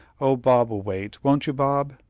oh, bob will wait won't you, bob?